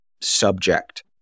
subject